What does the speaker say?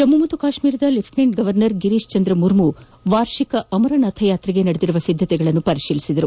ಜಮ್ಮು ಮತ್ತು ಕಾಶ್ಮೀರದ lieutenant governor Girish Chandra Murmu ವಾರ್ಷಿಕ ಅಮರನಾಥ ಯಾತ್ರೆಗೆ ನಡೆದಿರುವ ಸಿದ್ದತೆಗಳನ್ನು ಪರಿಶೀಲಿಸಿದರು